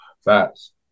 Facts